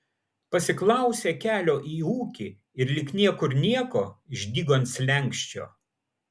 pasiklausė kelio į ūkį ir lyg niekur nieko išdygo ant slenksčio